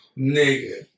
Nigga